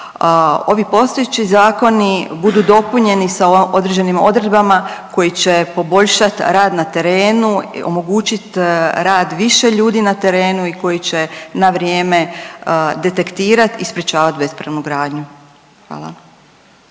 ovi postojeći zakoni budu dopunjeni sa određenim odredbama koje će poboljšati rad na terenu, omogućiti rad više ljudi na terenu i koji će na vrijeme detektirati i sprječavati bespravnu gradnju. Hvala.